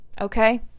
okay